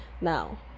Now